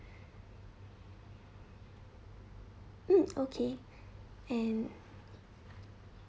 mm okay and